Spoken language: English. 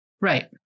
Right